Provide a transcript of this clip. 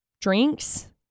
drinks